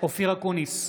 אופיר אקוניס,